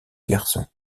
garçons